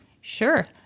sure